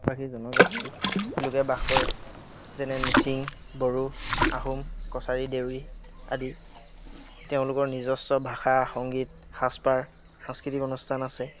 বাসী জনজাতি লোকে বাস কৰে যেনে মিচিং বড়ো আহোম কছাৰী দেউৰী আদি তেওঁলোকৰ নিজস্ব ভাষা সংগীত সাজপাৰ সাংস্কৃতিক অনুষ্ঠান আছে